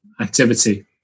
activity